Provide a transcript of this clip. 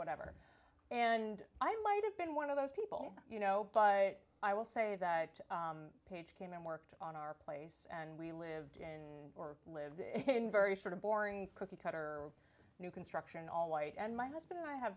whatever and i might have been one of those people you know i will say that page came and worked on our place and we lived and or lived in very sort of boring cookie cutter you construction all white and my husband i have